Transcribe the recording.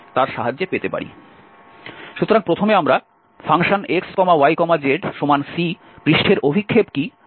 সুতরাং প্রথমে আমরা fx y zCপৃষ্ঠের অভিক্ষেপ কী তা নিয়ে আলোচনা করব